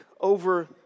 over